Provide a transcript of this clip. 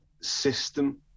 system